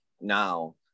now